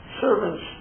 servants